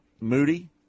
Moody